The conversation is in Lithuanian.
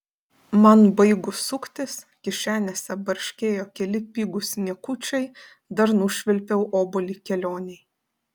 man baigus suktis kišenėse barškėjo keli pigūs niekučiai dar nušvilpiau obuolį kelionei